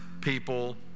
people